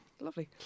Lovely